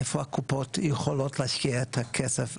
איפה הקופות יכולות להשקיע את הכסף?